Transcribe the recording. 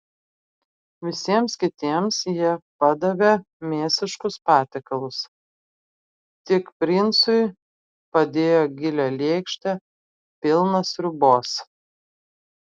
visiems kitiems jie padavė mėsiškus patiekalus tik princui padėjo gilią lėkštę pilną sriubos